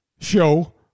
show